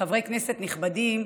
חברי כנסת נכבדים,